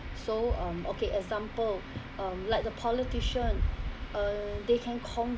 so um okay example um like the politician uh they can